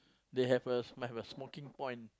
they have a might have a smoking point